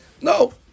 No